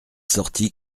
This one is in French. sortit